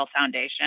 Foundation